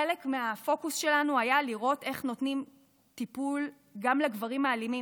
חלק מהפוקוס שלנו היה לראות איך נותנים טיפול גם לגברים האלימים,